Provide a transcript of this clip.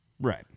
right